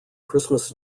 christmas